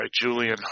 Julian